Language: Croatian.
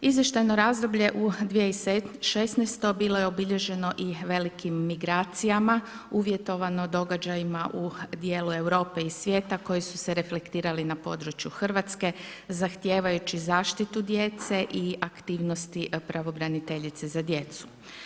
Izvještajno razdoblje u 2016. bilo je obilježeno i velikim migracijama, uvjetovano događajima u dijelu Europe i svijeta koje su se reflektirala na području Hrvatske, zahtijevajući zaštitu djece i aktivnosti pravobraniteljice za djecu.